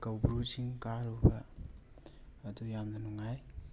ꯀꯧꯕ꯭ꯔꯨ ꯆꯤꯡ ꯀꯥꯔꯨꯕ ꯑꯗꯨ ꯌꯥꯝꯅ ꯅꯨꯡꯉꯥꯏ